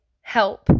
help